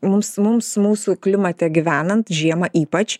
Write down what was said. mums mums mūsų klimate gyvenant žiemą ypač